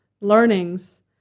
learnings